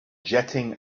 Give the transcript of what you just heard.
jetting